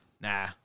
Nah